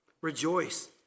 Rejoice